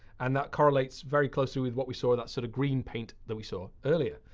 and that correlates very closely with what we saw, that sort of green paint that we saw earlier.